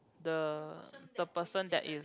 the the person that is